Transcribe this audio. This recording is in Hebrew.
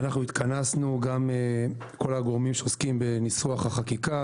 התכנסנו כל הגורמים שעוסקים בניסוח החקיקה,